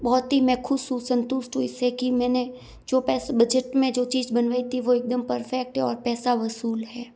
बहुत ही मैं ख़ुश हूँ संतुष्ट हूँ इस से कि मैंने जो पैसे बजट में जो चीज़ बनवाई थी वो एक दम परफ़ेक्ट हैं और पैसा वसूल है